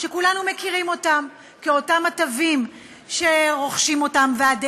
שכולנו מכירים כאותם התווים שרוכשים ועדי